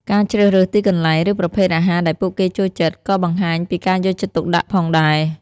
ការជ្រើសរើសទីកន្លែង ឬប្រភេទអាហារដែលពួកគេចូលចិត្ត ក៏បង្ហាញពីការយកចិត្តទុកដាក់ផងដែរ។